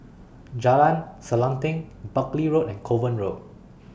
Jalan Selanting Buckley Road and Kovan Road